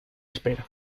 espera